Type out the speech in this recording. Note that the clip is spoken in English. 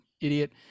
idiot